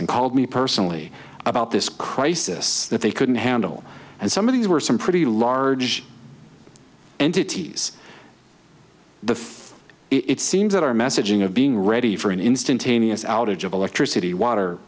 and called me personally about this crisis that they couldn't handle and some of these were some pretty large entities the it seems that our messaging of being ready for an instantaneous outage of electricity